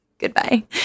goodbye